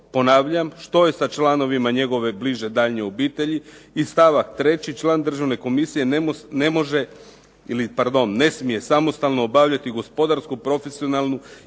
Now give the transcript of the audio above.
ponavljam što je sa članovima njegove bliže, daljnje obitelji. I stavak 3. član državne komisije ne može, pardon ne smije samostalno obavljati gospodarsku, profesionalnu